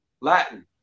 Latin